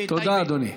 בטייבה.